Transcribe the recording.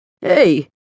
Hey